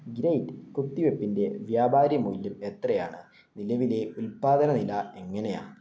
great കുത്തിവെപ്പിൻ്റെ വ്യാപാര്യമൂല്യം എത്രയാണ് നിലവിലെ ഉത്പാദന നില എങ്ങനെയാണ്